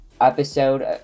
episode